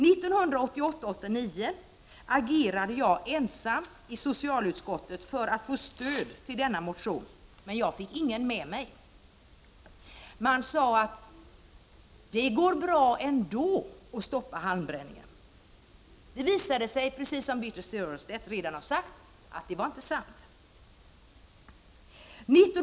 Riksmötet 1988/89 agerade jag ensam i socialutskottet för ett stöd åt denna motion, men jag fick ingen med mig. Man sade att det ändå gick bra att stoppa halmbränningen. Det visade sig, som Birthe Sörestedt redan har sagt, att detta inte var sant.